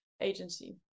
agency